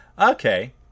okay